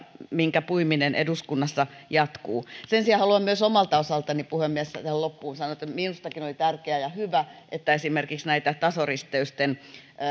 minkä puiminen eduskunnassa jatkuu sen sijaan haluan myös omalta osaltani puhemies tähän loppuun sanoa että minustakin oli tärkeää ja hyvä että esimerkiksi näitä tasoristeysten